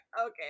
okay